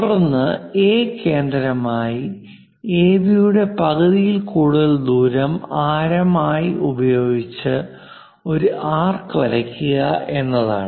തുടർന്ന് എ കേന്ദ്രമായി എബിയുടെ പകുതിയിൽ കൂടുതൽ ദൂരം ആരം ആയി ഉപയോഗിച്ച് ഒരു ആർക്ക് വരയ്ക്കുക എന്നതാണ്